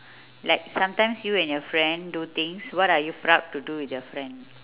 like sometimes you and your friend do things what are you proud to do with your friend